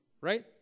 Right